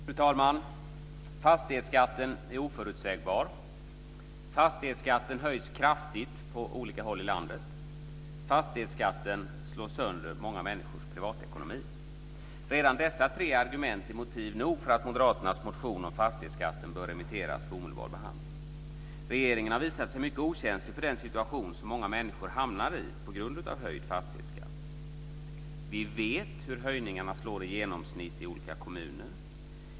Fru talman! Fastighetsskatten är oförutsägbar. Fastighetsskatten höjs kraftigt på olika håll i landet. Fastighetsskatten slår sönder många människors privatekonomi. Redan dessa tre argument är motiv nog för att Moderaternas motion om fastighetsskatten bör remitteras för omedelbar behandling. Regeringen har visat sig mycket okänslig för den situation som många människor hamnar i på grund av höjd fastighetsskatt. Vi vet hur höjningarna slår i genomsnitt i olika kommuner.